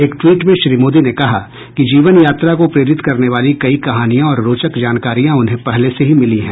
एक ट्वीट में श्री मोदी ने कहा कि जीवन यात्रा को प्रेरित करने वाली कई कहानियां और रोचक जानकारियां उन्हें पहले से ही मिली हैं